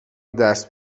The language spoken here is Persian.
دست